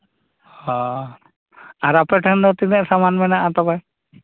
ᱦᱳᱭ ᱟᱨ ᱟᱯᱮ ᱴᱷᱮᱱ ᱫᱚ ᱛᱤᱱᱟᱹᱜ ᱥᱟᱢᱟᱱ ᱢᱮᱱᱟᱜᱼᱟ ᱛᱟᱯᱮ